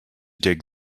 dig